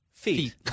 Feet